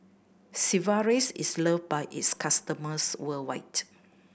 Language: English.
Sigvaris is loved by its customers worldwide